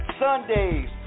Sundays